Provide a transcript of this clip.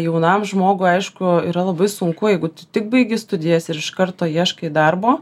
jaunam žmogui aišku yra labai sunku jeigu tu tik baigi studijas ir iš karto ieškai darbo